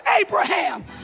Abraham